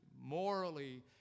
morally